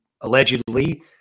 allegedly